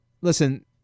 Listen